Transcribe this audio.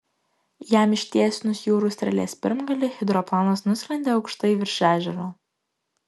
jam ištiesinus jūrų strėlės pirmgalį hidroplanas nusklendė aukštai virš ežero